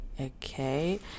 okay